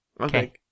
Okay